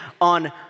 on